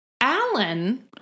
Alan